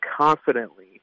confidently